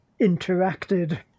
interacted